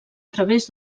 través